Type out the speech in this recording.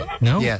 No